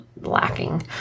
lacking